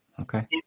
Okay